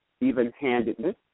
even-handedness